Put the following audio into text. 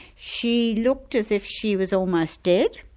she looked as if she was almost dead,